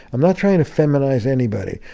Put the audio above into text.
i'm not trying to feminize anybody.